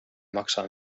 maksa